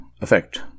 effect